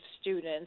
students